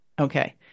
Okay